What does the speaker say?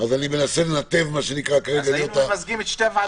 אני מנסה לנתב --- אז היינו ממזגים את שתי הוועדות.